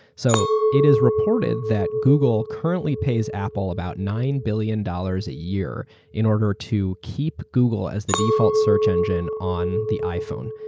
so it is reported that google currently pays apple about nine billion dollars a year in order to keep google as the default search engine on the iphone.